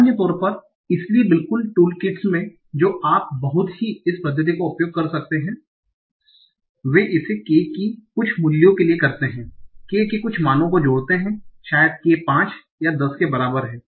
सामान्य तौर पर इसलिए विभिन्न टूलकिट्स में जो आप बहुत ही इस पद्धति का उपयोग कर सकते हैं वे इसे k की कुछ मूल्यों के लिए करते हैं k के कुछ मानों को जोड़ते हैं शायद k 5 या 10 के बराबर है